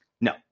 no